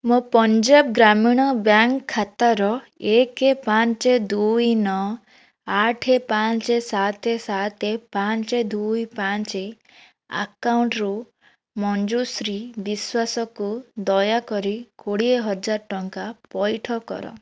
ମୋ ପଞ୍ଜାବ ଗ୍ରାମୀଣ ବ୍ୟାଙ୍କ୍ ଖାତାର ଏକେ ପାଞ୍ଚେ ଦୁଇ ନଅ ଆଠେ ପାଞ୍ଚେ ସାତେ ସାତେ ପାଞ୍ଚେ ଦୁଇ ପାଞ୍ଚେ ଆକାଉଣ୍ଟରୁ ମଞ୍ଜୁଶ୍ରୀ ବିଶ୍ୱାସ କୁ ଦୟାକରି କୋଡ଼ିଏ ହଜାର ଟଙ୍କା ପଇଠ କର